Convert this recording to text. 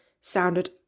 Sounded